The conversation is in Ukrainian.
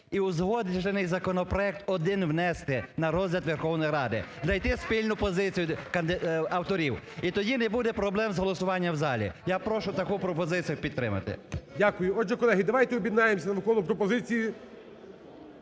і узгоджений законопроект один внести на розгляд Верховної Ради. Знайти спільну позицію авторів і тоді не буде проблем з голосуванням в залі. Я прошу таку пропозицію підтримати. ГОЛОВУЮЧИЙ. Дякую. Отже, колеги, давайте об'єднаємося навколо пропозиції,